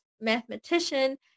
mathematician